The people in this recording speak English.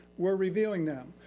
we're reviewing them.